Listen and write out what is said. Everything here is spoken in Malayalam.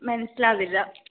മനസിലാകുന്നില്ല